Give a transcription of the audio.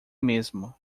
mesmo